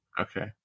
Okay